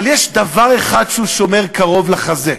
אבל יש דבר אחד שהוא שומר קרוב לחזה,